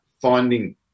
finding